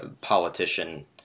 politician